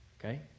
okay